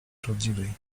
prawdziwej